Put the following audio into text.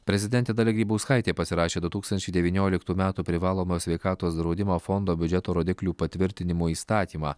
prezidentė dalia grybauskaitė pasirašė du tūkstančiai devynioliktų metų privalomo sveikatos draudimo fondo biudžeto rodiklių patvirtinimo įstatymą